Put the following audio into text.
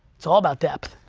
it's all about depth.